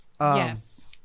Yes